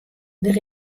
der